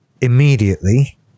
immediately